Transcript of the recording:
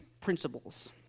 principles